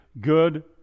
good